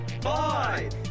Five